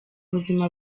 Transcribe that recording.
buzima